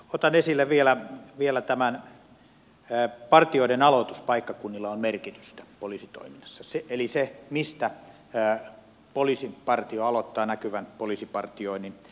otan esille vielä tämän että partioiden aloituspaikkakunnilla on merkitystä poliisitoiminnassa eli sillä mistä poliisipartio aloittaa näkyvän poliisipartioinnin